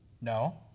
No